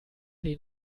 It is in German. den